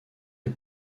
est